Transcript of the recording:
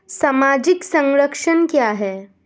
सामाजिक संरक्षण क्या है?